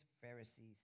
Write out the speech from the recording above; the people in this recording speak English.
Pharisees